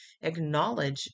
acknowledge